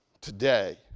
today